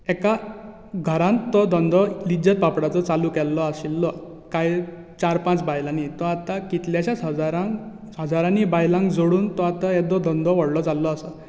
एका घरांत तो धंदो लिज्जत पापडाचो चालु केल्लो आशिल्लो कांय चार पांच बायलांनी तो आतां कितल्याशाच हजारान हजारांनी बायलांक जोडून तो आतां येदो धंदो व्हडलो जाल्लो आसा